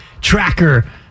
tracker